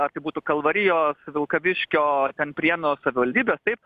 ar tai būtų kalvarijos vilkaviškio ten prienų savivaldybės taip